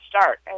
start